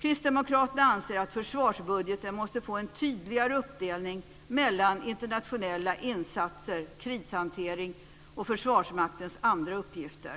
Kristdemokraterna anser att försvarsbudgeten måste få en tydligare uppdelning mellan internationella insatser, krishantering och Försvarsmaktens andra uppgifter.